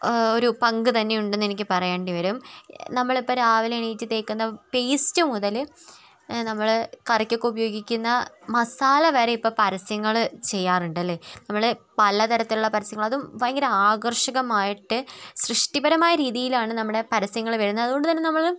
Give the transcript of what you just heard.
ഒരു പങ്ക് തന്നെ ഉണ്ട് എന്ന് എനിക്ക് പറയേണ്ടി വരും നമ്മൾ ഇപ്പോൾ രാവിലെ എണീറ്റ് തേക്കുന്ന പേസ്റ്റ് മുതൽ നമ്മൾ കറിക്കൊക്കെ ഉപയോഗിക്കുന്ന മസാല വരെ ഇപ്പം പരസ്യങ്ങൾ ചെയ്യാറുണ്ട് അല്ലെ നമ്മൾ പലതരത്തിലുള്ള പരസ്യങ്ങൾ അതും ഭയങ്കര ആകർഷകമായിട്ട് സൃഷ്ടിപരമായ രീതിയിലാണ് നമ്മുടെ പരസ്യങ്ങൾ വരുന്നത് അതുകൊണ്ട് തന്നെ നമ്മൾ